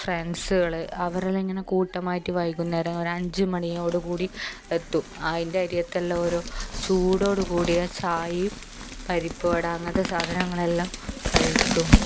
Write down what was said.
ഫ്രണ്ട്സുകൾ അവരെല്ലാം ഇങ്ങനെ കൂട്ടമായിട്ട് വൈകുന്നേരം ഒരു അഞ്ച് മണിയോട് കൂടി എത്തും അതിൻ്റെ അരികത്തെല്ലാം ഓരോ ചൂടോടു കൂടിയ ചായയും പരിപ്പ് വട അങ്ങനത്തെ സാധനങ്ങളെല്ലാം കഴിക്കും